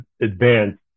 advanced